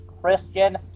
Christian